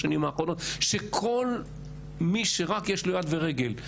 השנים האחרונות שכל מי שרק יש לו יד ורגל,